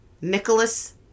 Nicholas